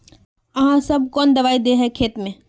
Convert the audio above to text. आहाँ सब कौन दबाइ दे है खेत में?